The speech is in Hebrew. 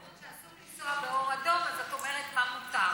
כשאת אומרת שאסור לנסוע באור אדום את אומרת מה מותר,